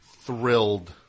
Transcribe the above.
thrilled